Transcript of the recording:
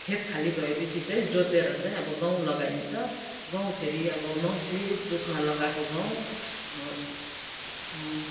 खेत खाली भए पछि चाहिँ जोतेर चाहिँ अब गहुँ लगाइन्छ गहुँ फेरि अब मङ्सिर पुषमा लगाको गहुँ साउन